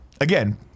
again